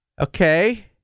Okay